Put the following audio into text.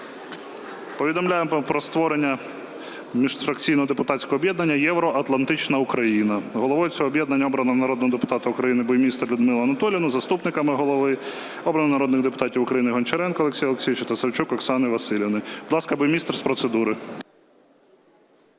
Повідомляю про створення міжфракційного депутатського об'єднання "Євроатлантична Україна". Головою цього об'єднання обраного народного депутата України Буймістер Людмилу Анатоліївну, заступниками голови обрано народних депутатів України: Гончаренка Олексія Олексійовича та Савчук Оксану Василівну. Будь ласка, Буймістер з процедури.